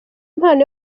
impano